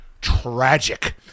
tragic